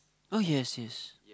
oh yes yes